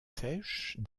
sèches